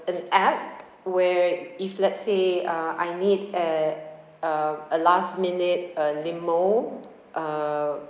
an app where if let's say uh I need a uh a last minute uh limo uh